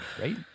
right